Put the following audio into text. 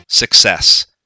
Success